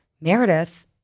Meredith